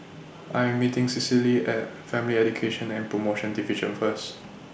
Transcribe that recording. I Am meeting Cicely At Family Education and promotion Division First